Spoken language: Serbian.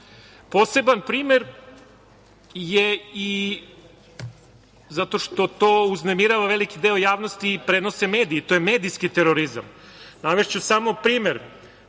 ISIS-a. Poseban primer je i zato što to uznemirava veliki deo javnosti i prenose mediji, to je medijski terorizam. Navešću samo primer